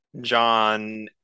John